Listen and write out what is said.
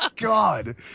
god